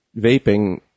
vaping